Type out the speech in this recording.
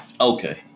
Okay